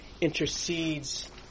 intercedes